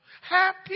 happy